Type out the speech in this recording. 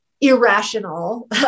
irrational